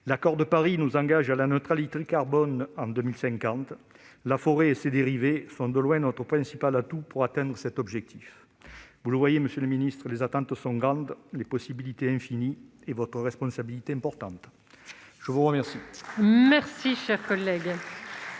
L'Accord de Paris nous engage à la neutralité carbone en 2050. La forêt et ses dérivés sont, de loin, notre principal atout pour atteindre cet objectif. Vous le voyez, monsieur le ministre, les attentes sont grandes, les possibilités infinies et votre responsabilité est importante. La parole est à M. le ministre.